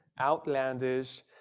outlandish